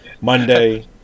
monday